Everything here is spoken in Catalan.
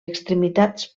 extremitats